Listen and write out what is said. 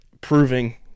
Proving